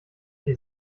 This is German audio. ihr